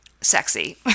sexy